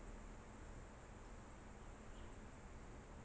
so I just like did it bye